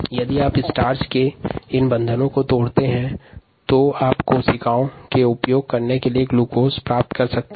मंड के बंध को विखंडित करने पर कोशिका के उपभोग के लिए ग्लूकोज प्राप्त कर सकते हैं